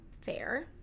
Fair